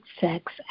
sex